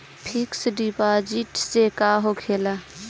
Fix deposit से का होखे ला?